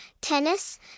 tennis